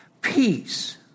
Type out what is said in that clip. Peace